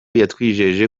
yatwijeje